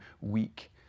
weak